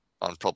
on